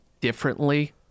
differently